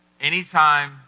Anytime